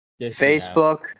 Facebook